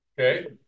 Okay